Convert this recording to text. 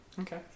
Okay